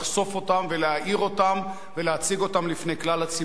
ולחשוף אותן ולהאיר אותן ולהציג אותן לפני כלל הציבור.